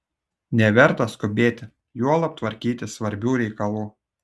neverta skubėti juolab tvarkyti svarbių reikalų